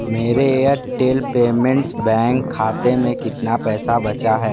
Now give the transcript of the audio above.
मेरे Airtel payments bank खाते में कितना पैसा बचा है